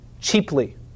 cheaply